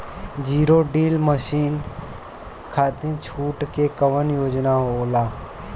Zero till machine खाती छूट के कवन योजना होला?